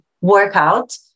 workout